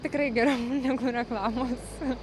tikrai geriau negu reklamos